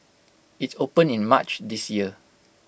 IT opened in March this year